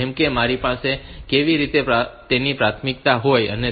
જેમ કે મારી પાસે કેવી રીતે તેની પ્રાથમિકતાઓ હોય છે